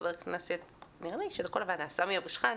חבר הכנסת סמי אבו שחאדה,